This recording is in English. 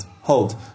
hold